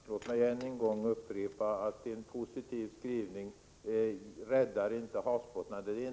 Herr talman! Låt mig än en gång upprepa att en positiv skrivning inte räddar havsbottnarna.